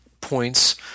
points